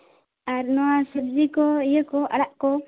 ᱟᱨ ᱱᱚᱣᱟ ᱥᱚᱵᱽᱡᱤ ᱤᱭᱟᱹ ᱠᱚ ᱟᱲᱟᱜ ᱠᱚ